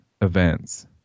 events